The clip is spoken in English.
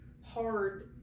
hard